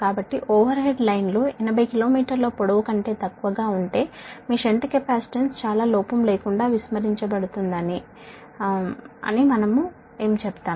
కాబట్టి overhead లైన్లు 80 కిలో మీటర్ల పొడవు కంటే తక్కువగా ఉంటే మీ షంట్ కెపాసిటెన్స్ చాలా లోపం లేకుండా విస్మరించబడుతుందని మనము చెబుతాము